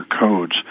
codes